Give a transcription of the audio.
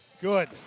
Good